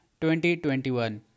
2021